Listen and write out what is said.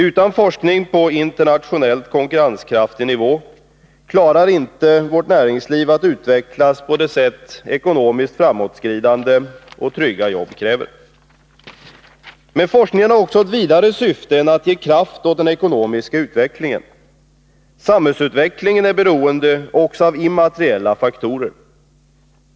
Utan forskning på internationellt konkurrenskraftig nivå klarar inte vårt näringsliv att utvecklas på det sätt ekonomiskt framåtskridande och trygga jobb kräver. Men forskningen har också ett vidare syfte än att ge kraft åt den ekonomiska utvecklingen. Samhällsutvecklingen är beroende också av immateriella faktorer.